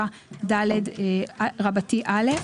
87ד(א)".